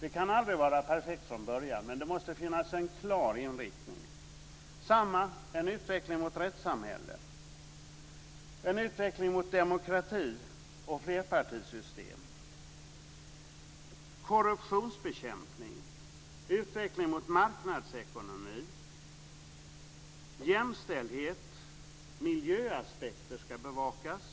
Det kan aldrig vara perfekt från början, men det måste finnas en klar inriktning. Det måste också finnas en utveckling mot ett rättssamhälle, en utveckling mot demokrati och flerpartisystem. Det ska finnas en korruptionsbekämpning och en utveckling mot en marknadsekonomi. Jämställdhet och miljöaspekter ska bevakas.